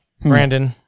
brandon